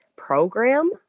Program